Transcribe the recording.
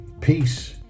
peace